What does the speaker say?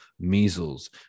measles